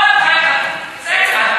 אוי, בחייך, בסדר.